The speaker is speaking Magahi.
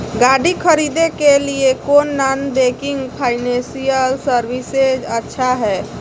गाड़ी खरीदे के लिए कौन नॉन बैंकिंग फाइनेंशियल सर्विसेज अच्छा है?